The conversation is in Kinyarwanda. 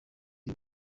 y’u